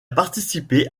participé